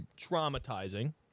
Traumatizing